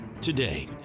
Today